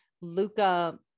Luca